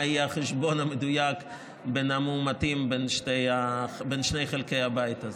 מה יהיה החשבון המדויק בין המאומתים בין שני חלקי הבית הזה.